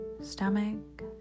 stomach